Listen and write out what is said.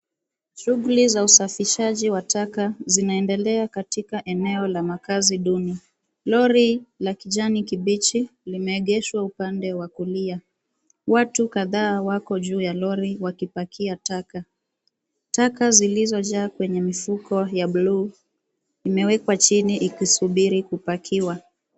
Shughuli za usafishaji wa taka zinaendelea katika eneo la makazi duni. Lori la kijani kibichi limeegeshwa upande wa kulia, watu kadhaa waku juu ya lori wakipakia taka. Taka zilizo jaa kwenye mifuko ya bluu imewekwa chini kusubiri kupakiwa.